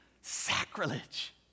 Sacrilege